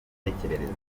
mitekerereze